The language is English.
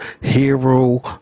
hero